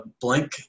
blank-